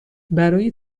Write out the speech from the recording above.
برای